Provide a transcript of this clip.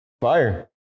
fire